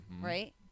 right